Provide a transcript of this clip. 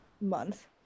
month